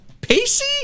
pacey